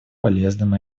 полезным